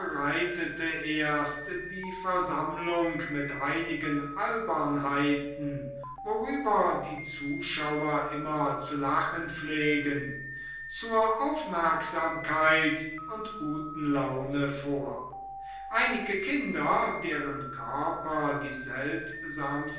erst die versammlung mit einigen albernheiten worüber die zuschauer immer zu lachen pflegten zur aufmerksamkeit und guten laune vor einige kinder deren körper die seltsamsten